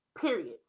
Period